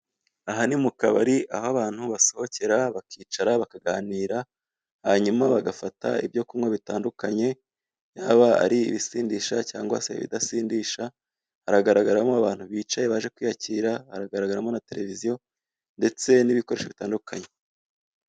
Aha ni mu kabari aho abantu basohokera bakicara bakaganira hanyuma bagafata ibyo kunywa bitandukanye, yaba ari ibisindisha cyangwa se ibidasindisha, haragaragaramo abantu bicaye baje kwiyakira, Haragaragaramo na Tereviziyo ndetse n'ibikoresho bitandukanye.